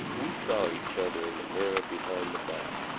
we saw each other in the mirror behind the bar.